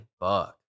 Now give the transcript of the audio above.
Fuck